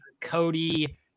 Cody